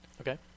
Okay